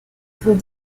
vom